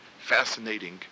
fascinating